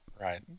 right